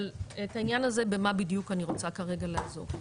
אבל את העניין הזה במה בדיוק אני רוצה כרגע לעזוב.